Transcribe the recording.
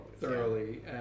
thoroughly